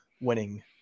winning